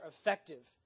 effective